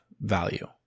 value